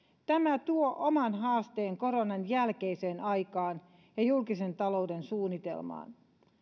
tämä tuo oman haasteen koronan jälkeiseen aikaan ja julkisen talouden suunnitelmaan